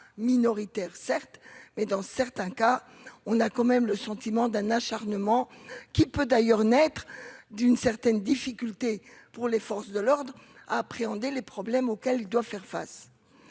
minoritaires certes, mais dans certains cas, on a quand même le sentiment d'un acharnement qui peut d'ailleurs naître d'une certaine difficulté pour les forces de l'ordre appréhender les problèmes auxquels doit faire face,